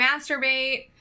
masturbate